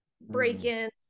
break-ins